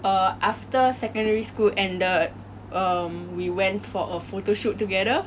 err after secondary school ended um we went for a photo shoot together